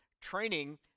training